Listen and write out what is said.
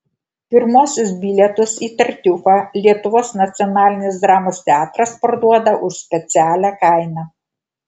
pirmuosius bilietus į tartiufą lietuvos nacionalinis dramos teatras parduoda už specialią kainą